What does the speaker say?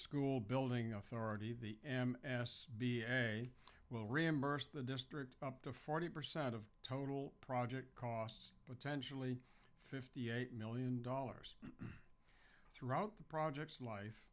school building authority the m s b f k will reimburse the district up to forty percent of total project costs but tension really fifty eight million dollars throughout the project's life